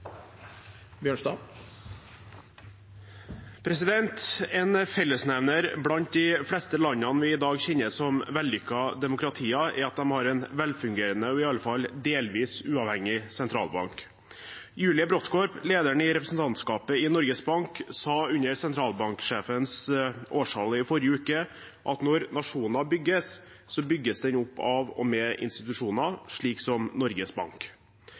vedtatt. En fellesnevner blant de fleste landene vi i dag kjenner som vellykkede demokratier, er at de har en velfungerende og iallfall delvis uavhengig sentralbank. Julie Brodtkorb, lederen i representantskapet i Norges Bank, sa under sentralbanksjefens årstale i forrige uke at når nasjoner bygges, bygges de opp av og med institusjoner som Norges Bank.